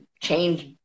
change